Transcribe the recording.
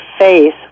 face